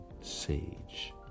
sage